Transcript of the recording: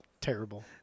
terrible